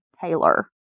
Taylor